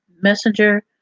Messenger